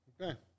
Okay